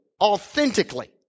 authentically